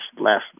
last